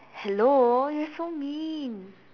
hello you're so mean